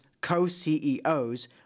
co-CEOs